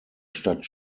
stadt